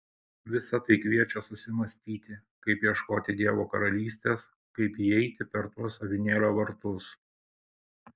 visa tai kviečia susimąstyti kaip ieškoti dievo karalystės kaip įeiti per tuos avinėlio vartus